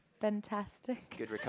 fantastic